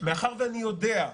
מאחר ואני יודע,